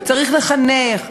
וצריך לחנך,